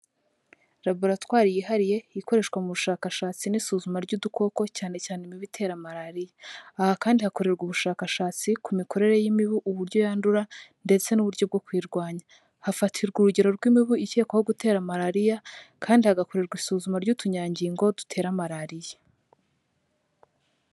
Laboratwari yihariye ikoreshwa mu bushakashatsi n'isuzuma ry'udukoko cyane cyane imibu itera malariya. Aha kandi hakorerwa ubushakashatsi ku mikorere y'imibu, uburyo yandura ndetse n'uburyo bwo kuyirwanya. Hafatirwa urugero rw'imibu ikekwaho gutera malariya, kandi hagakorerwa isuzuma ry'utunyangingo dutera malariya.